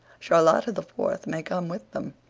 charlotta the fourth may come with them.